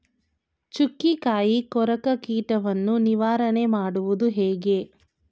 ಚುಕ್ಕಿಕಾಯಿ ಕೊರಕ ಕೀಟವನ್ನು ನಿವಾರಣೆ ಮಾಡುವುದು ಹೇಗೆ?